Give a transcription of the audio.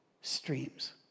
streams